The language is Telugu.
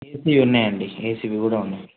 ఏసీ ఉన్నాయి అండి ఏసీవి కూడా ఉన్నాయి